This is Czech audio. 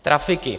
Trafiky.